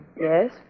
Yes